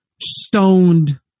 stoned